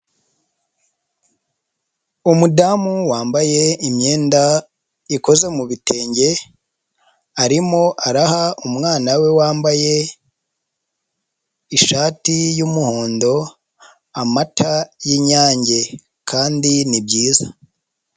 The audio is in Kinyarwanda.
Umudamu wambaye imyenda ikoze mu bitenge, arimo araha umwana we wambaye ishati yumuhondo, amata y'Ininyange kandi ni byiza.